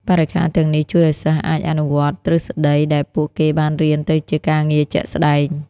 បរិក្ខារទាំងនេះជួយឱ្យសិស្សអាចអនុវត្តទ្រឹស្តីដែលពួកគេបានរៀនទៅជាការងារជាក់ស្តែង។